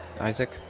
Isaac